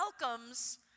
welcomes